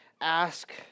ask